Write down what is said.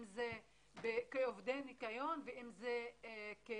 אם זה כעובדי ניקיון ואם זה כרופאים.